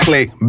Click